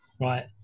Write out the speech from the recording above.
Right